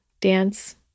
dance